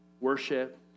worship